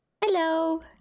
hello